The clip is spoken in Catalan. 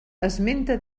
esmenta